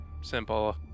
simple